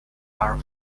are